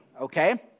Okay